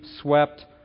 swept